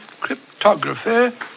cryptography